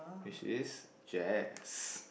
which is jazz